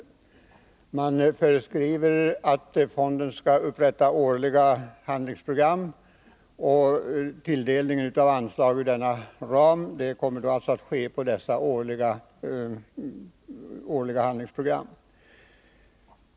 I propositionen föreskrivs att fonden skall upprätta årliga handlingsprogram, och tilldelningen av anslag inom den angivna ramen kommer alltså att ske i enlighet med dessa årliga program.